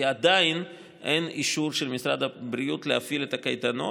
כי עדיין אין אישור של משרד הבריאות להפעיל את הקייטנות.